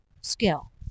skill